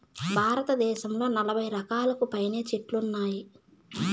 భారతదేశంలో నలబై రకాలకు పైనే చెట్లు ఉన్నాయి